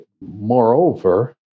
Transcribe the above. Moreover